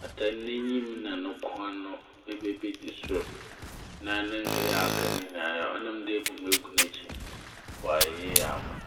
a n'enyim na no kɔn no bɛba ebedzi sor na ne nkae aka ne nyinaa ɔnam dɛ ebu mu egu n'ekyir ntsi ɔayɛ yie ama wo.